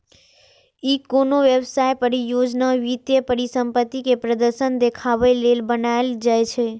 ई कोनो व्यवसाय, परियोजना, वित्तीय परिसंपत्ति के प्रदर्शन देखाबे लेल बनाएल जाइ छै